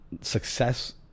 success